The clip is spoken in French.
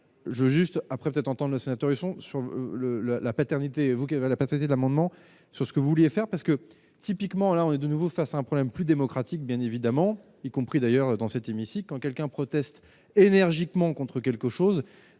je veux juste après peut-être entend le sénateur sont sur le le la. Paternité vous avait la patate et d'amendements sur ce que vous vouliez faire parce que typiquement, là on est de nouveau face à un problème plus démocratique, bien évidemment, y compris d'ailleurs dans cet hémicycle quand quelqu'un proteste énergiquement contre quelque chose,